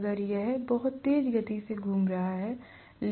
तो अगर यह बहुत तेज गति से घूम रहा है